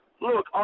Look